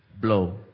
blow